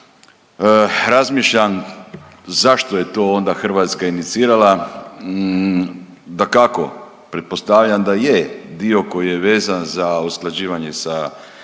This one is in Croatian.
razmišljam zašto je to onda Hrvatska inicirala, dakako, pretpostavljam da je dio koji je vezan za usklađivanje sa europskim